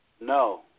No